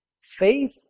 faith